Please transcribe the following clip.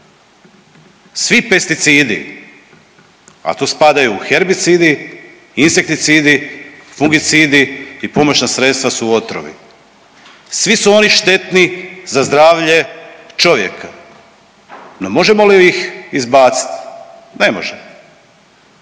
Svi pesticidi, a tu spadaju herbicidi, insekticidi, fugicidi i pomoćna sredstva su otrovi, svi su oni štetni za zdravlje čovjeka, no možemo li ih izbacit? Ne možemo.